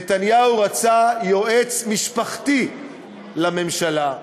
נתניהו רצה יועץ משפחתי לממשלה,